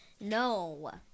No